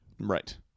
Right